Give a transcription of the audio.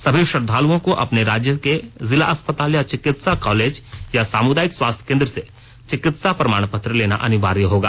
सभी श्रद्वालुओं को अपने राज्य के जिला अस्पताल या चिकित्सा कॉलेज या सामुदायिक स्वास्थ्य केंद्र से चिकित्सा प्रमाणपत्र लेना अनिवार्य होगा